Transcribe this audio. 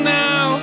now